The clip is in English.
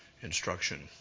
instruction